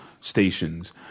stations